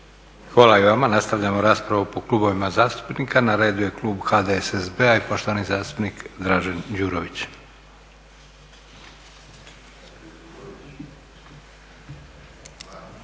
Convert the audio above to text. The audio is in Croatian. Hvala i vama. Nastavljamo raspravu po klubovima zastupnika. Na redu je klub HDSSB-a i poštovani zastupnik Dražen Đurović. **Đurović,